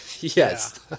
yes